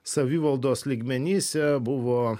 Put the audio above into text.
savivaldos lygmenyse buvo